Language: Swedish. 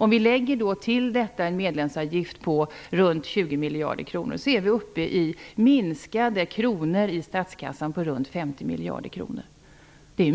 Om vi till detta lägger en medlemsavgift på runt 20 miljarder kronor minskar kronorna i statskassan med runt 50 miljarder. Det